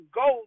go